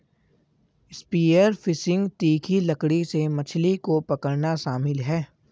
spear fishing तीखी लकड़ी से मछली को पकड़ना शामिल है